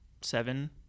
seven